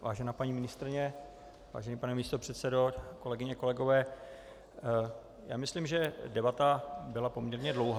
Vážená paní ministryně, vážený pane místopředsedo, kolegyně, kolegové, já myslím, že debata byla poměrně dlouhá.